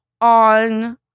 on